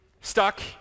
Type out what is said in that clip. stuck